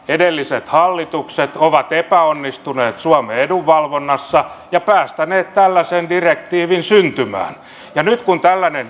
edelliset hallitukset ovat epäonnistuneet suomen edunvalvonnassa ja päästäneet tällaisen direktiivin syntymään ja nyt kun tällainen direktiivi on syntynyt